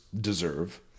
deserve